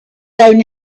own